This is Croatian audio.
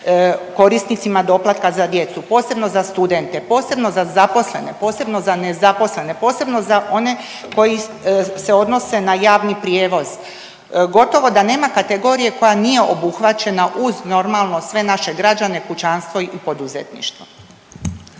korisnicima doplatka za djecu, posebno za studente, posebno za zaposlene, posebno za nezaposlene, posebno za one koji s odnose na javni prijevoz. Gotovo da nema kategorije koja nije obuhvaćena uz normalno sve naše građane, kućanstvo i poduzetništvo.